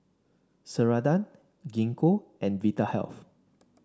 Ceradan Gingko and Vitahealth